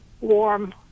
warm